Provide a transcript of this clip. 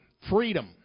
Freedom